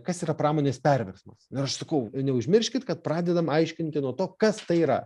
kas yra pramonės perversmas na ir aš sakau neužmirškit kad pradedam aiškinti nuo to kas tai yra